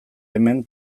hemen